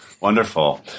Wonderful